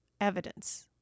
evidence